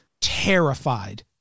terrified